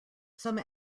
some